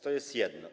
To jest jedno.